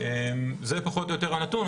זה פחות או יותר הנתון.